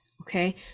Okay